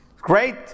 Great